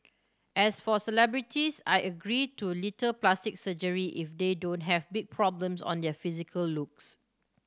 as for celebrities I agree to little plastic surgery if they don't have big problems on their physical looks